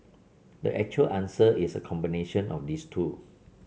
the actual answer is a combination of these two